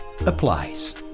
applies